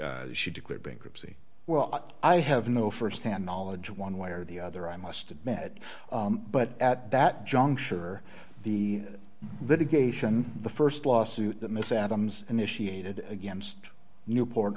litigate she declared bankruptcy well i have no firsthand knowledge one way or the other i must admit but at that juncture the litigation the st lawsuit that miss adams initiated against newport